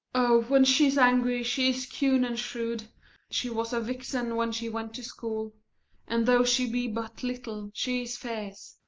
when she is angry, she is keen and shrewd she was a vixen when she went to school and, though she be but little, she is fierce.